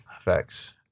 Facts